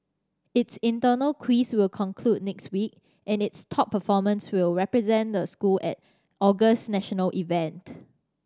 its internal quiz will conclude next week and its top performers will represent the school at August's national event